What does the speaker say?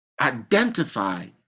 identify